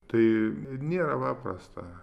tai nėra paprasta